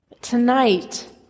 Tonight